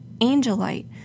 angelite